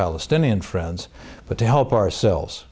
palestinian friends but to help ourselves